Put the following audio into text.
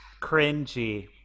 Cringy